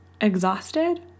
exhausted